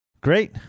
Great